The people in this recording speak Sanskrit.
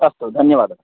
अस्तु धन्यवादः